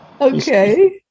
Okay